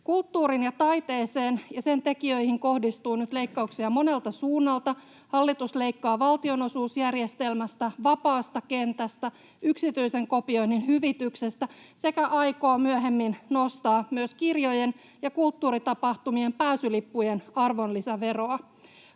Kulttuuriin ja taiteeseen ja sen tekijöihin kohdistuu nyt leikkauksia monelta suunnalta. Hallitus leikkaa valtionosuusjärjestelmästä, vapaasta kentästä ja yksityisen kopioinnin hyvityksestä sekä aikoo myöhemmin nostaa myös kirjojen ja kulttuuritapahtumien pääsylippujen arvonlisäveroa.